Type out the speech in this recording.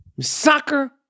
Soccer